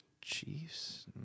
Chiefs